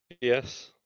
yes